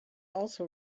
also